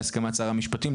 בהסכמת שר המשפטים,